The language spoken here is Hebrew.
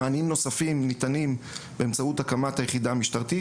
מענים נוספים ניתנים באמצעות הקמת היחידה המשטרתית,